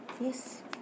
Yes